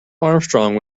armstrong